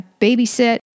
babysit